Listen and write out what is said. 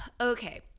Okay